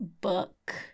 book